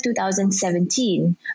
2017